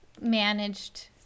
managed